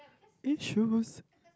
it shows